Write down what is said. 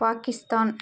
Pakistan